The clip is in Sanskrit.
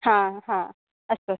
हा हा अस्तु अस्तु